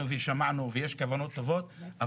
ויש כוונות טובות,